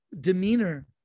demeanor